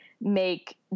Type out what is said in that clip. make